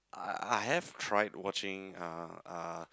I I have tried watching uh uh